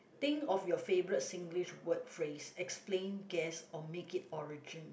think of your favourite Singlish word phrase explain guess or make it origin